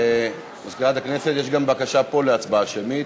מזכירת הכנסת, יש פה גם בקשה להצבעה שמית.